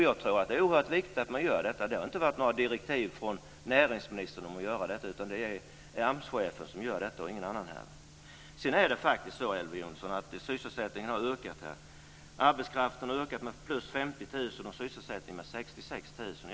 Jag tror att det är oerhört viktigt att man gör detta. Det har inte varit några direktiv från näringsministern om att göra detta, utan det är AMS-chefen som gör detta och ingen annan här. Sedan är det faktiskt så, Elver Jonsson, att sysselsättningen har ökat. Arbetskraften har ökat med 50 000 och sysselsättningen med 66 000.